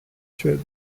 suède